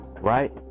right